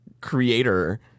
creator